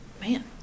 Man